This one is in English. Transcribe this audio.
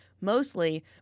mostly